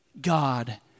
God